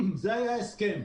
זה היה ההסכם.